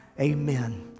Amen